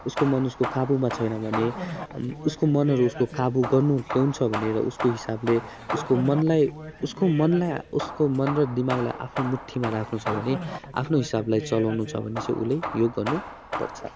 उसको मन उसको काबुमा छैन भने उसको मनहरू उसको काबु गर्नु ल्याउनु छ भनेर उसको हिसाबले उसको मनलाई उसको मनलाई उसको मन र दिमागलाई आफ्नो मुठीमा राख्नु छ भने आफ्नो हिसाबलाई चलाउनु छ भने चाहिँ उसले योग गर्नु पर्छ